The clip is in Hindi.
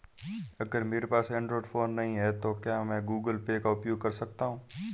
अगर मेरे पास एंड्रॉइड फोन नहीं है तो क्या मैं गूगल पे का उपयोग कर सकता हूं?